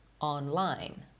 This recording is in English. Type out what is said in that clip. online